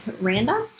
random